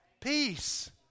Peace